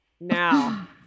Now